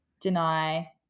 deny